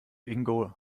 ingo